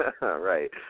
right